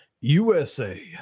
USA